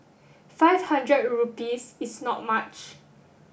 five hundred rupees is not much